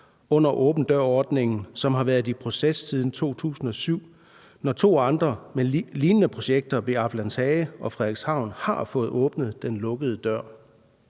under åben dør-ordningen, som har været i proces siden 2007, når to andre lignende projekter ved Aflandshage og Frederikshavn har fået åbnet den lukkede dør?